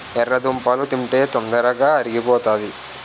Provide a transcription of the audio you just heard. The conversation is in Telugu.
ఎర్రదుంపలు తింటే తొందరగా అరిగిపోతాది